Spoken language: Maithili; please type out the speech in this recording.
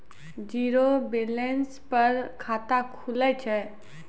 जीरो बैलेंस पर खाता खुले छै?